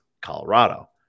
Colorado